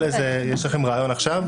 יש לכם רעיון עכשיו?